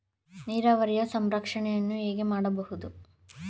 ನೀರಾವರಿಯ ಸಂರಕ್ಷಣೆಯನ್ನು ಹೇಗೆ ಮಾಡಬಹುದು?